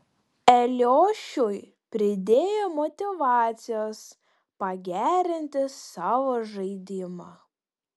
eliošiui pridėjo motyvacijos pagerinti savo žaidimą